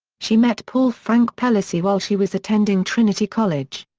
she met paul frank pelosi while she was attending trinity college.